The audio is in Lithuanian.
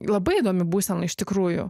labai įdomi būsena iš tikrųjų